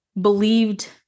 believed